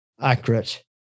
accurate